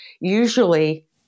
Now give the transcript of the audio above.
usually